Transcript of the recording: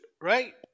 right